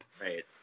right